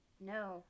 No